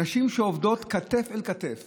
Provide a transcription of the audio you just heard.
נשים שעובדות כתף אל כתף